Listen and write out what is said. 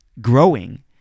growing